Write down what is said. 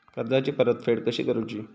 कर्जाची परतफेड कशी करूची?